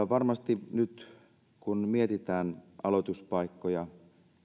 varmasti nyt kun mietitään aloituspaikkoja